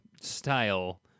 style